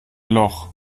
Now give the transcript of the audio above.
loch